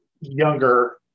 younger